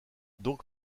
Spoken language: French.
donc